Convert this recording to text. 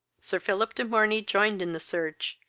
sir philip de morney joined in the search,